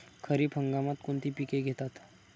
खरीप हंगामात कोणती पिके घेतात?